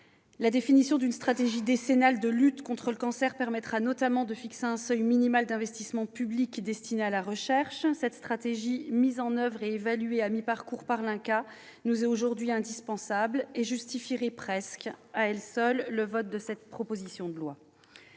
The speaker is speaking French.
la définition d'une stratégie décennale de lutte contre le cancer permettra notamment de fixer un seuil minimal d'investissements publics destinés à la recherche pédiatrique. Cette stratégie, mise en oeuvre et évaluée à mi-parcours par l'INCa, nous est aujourd'hui indispensable et justifierait presque à elle seule le vote de cette proposition de loi.